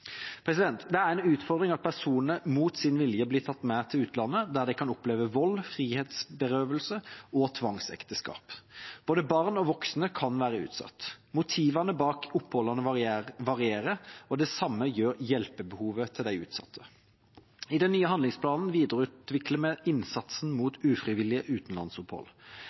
Det er en utfordring at personer mot sin vilje blir tatt med til utlandet, der de kan oppleve vold, frihetsberøvelse og tvangsekteskap. Både barn og voksne kan være utsatt. Motivene bak oppholdene varierer, og det samme gjør hjelpebehovet til de utsatte. I den nye handlingsplanen videreutvikler vi innsatsen mot ufrivillige utenlandsopphold.